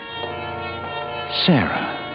Sarah